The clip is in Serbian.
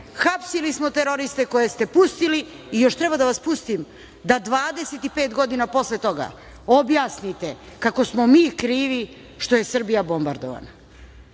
Hapsili smo teroriste koje ste pustili i još treba da vas pustim da 25 godina posle toga objasnite kako smo mi krivi što je Srbija bombardovana? Mene